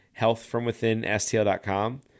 healthfromwithinstl.com